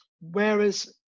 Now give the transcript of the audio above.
whereas